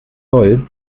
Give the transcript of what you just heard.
zoll